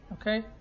okay